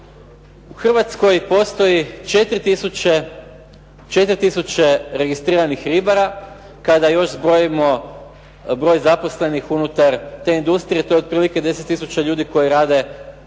U hrvatskoj postoji 4000 registriranih ribara i još kada zbrojimo broj zaposlenih unutar te industrije to je oko 10 000 ljudi koji rade u industriji,